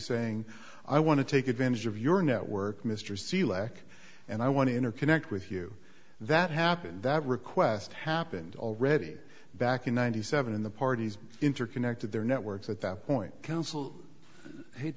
saying i want to take advantage of your network mr c lack and i want to interconnect with you that happened that request happened already back in ninety seven in the parties interconnected their networks at that point counsel ha